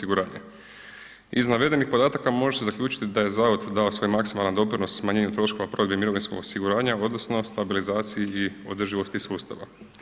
Iz navedenih podataka može se zaključiti da je zavod dao svoj maksimalan doprinos smanjenju troškova provedbi mirovinskog osiguranja odnosno stabilizaciji i održivosti sustava.